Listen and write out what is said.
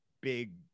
big